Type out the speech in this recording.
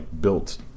built